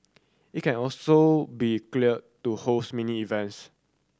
it can also be cleared to host mini events